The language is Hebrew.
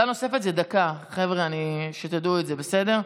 עמדה נוספת זה דקה, חבר'ה, שתדעו את זה, בסדר?